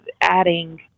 adding